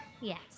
Yes